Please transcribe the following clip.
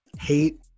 hate